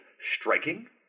striking